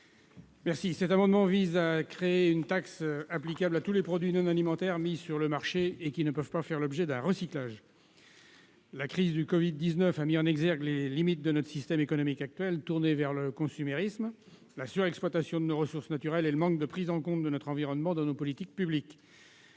Bigot. Cet amendement vise à créer une taxe applicable à tous les produits non alimentaires mis sur le marché et ne pouvant pas faire l'objet d'un recyclage. La crise du covid-19 a mis en exergue les limites de notre système économique actuel, tourné vers le consumérisme, la surexploitation de nos ressources naturelles et le manque de prise en compte de notre environnement dans nos politiques publiques.